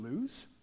lose